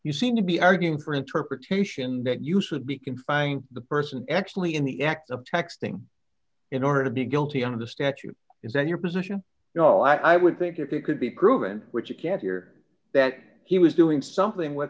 you seem to be arguing for interpretation that you should be confining the person actually in the act of texting in order to be guilty of the statute is that your position you know i would think if it could be proven which you can hear that he was doing something with